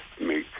make